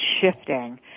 shifting